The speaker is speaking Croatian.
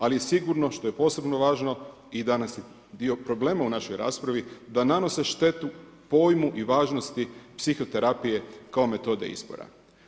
Ali, je sigurno što je posebno važno, i danas, i o problemu u našoj raspravi, da nanose štetu, pojmu i važnosti psihoterapije, kao metode izbora.